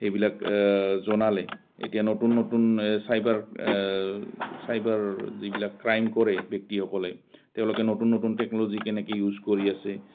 সেইবিলাক জনালে এতিয়া নতুন নতুন চাইবাৰ চাইবাৰ যিবিলাক ক্ৰাইম কৰে ব্যক্তিসকলে তেওঁলোকে নতুন নতুন টেকন'ল'জি কেনেকৈ ইউজ কৰি আছে